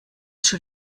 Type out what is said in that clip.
schon